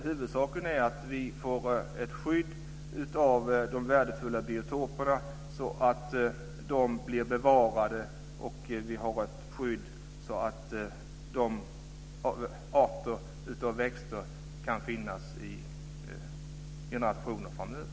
Huvudsaken är att vi får ett skydd av de värdefulla biotoperna, så att de blir bevarade och skyddade så att dessa arter av växter kan finnas i nationen framöver.